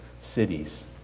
cities